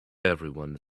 everyone